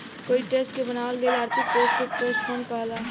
कोई ट्रस्ट के बनावल गईल आर्थिक कोष के ट्रस्ट फंड कहाला